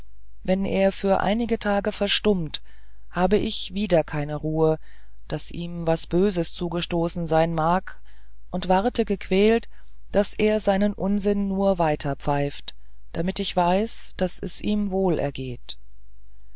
wenn er für einige tage verstummt habe ich wieder keine ruhe daß ihm was böses zugestoßen sein mag und warte gequält daß er seinen unsinn nur weiter pfeift damit ich weiß daß es ihm wohlergeht so